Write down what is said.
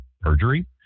perjury